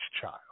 child